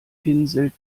pinselt